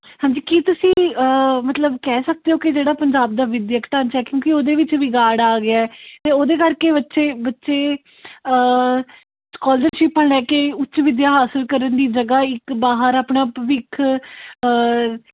ਹਾਂਜੀ ਕੀ ਤੁਸੀਂ ਮਤਲਬ ਕਹਿ ਸਕਦੇ ਹੋ ਕਿ ਜਿਹੜਾ ਪੰਜਾਬ ਦਾ ਵਿੱਦਿਅਕ ਢਾਂਚਾ ਕਿਉਂਕਿ ਉਹਦੇ ਵਿੱਚ ਵਿਗਾੜ ਆ ਗਿਆ ਅਤੇ ਉਹਦੇ ਕਰਕੇ ਬੱਚੇ ਬੱਚੇ ਸਕੋਲਰਸ਼ਿਪਾਂ ਲੈ ਕੇ ਉੱਚ ਵਿੱਦਿਆ ਹਾਸਲ ਕਰਨ ਦੀ ਜਗ੍ਹਾ ਇੱਕ ਬਾਹਰ ਆਪਣਾ ਭਵਿੱਖ